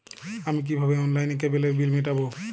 আমি কিভাবে অনলাইনে কেবলের বিল মেটাবো?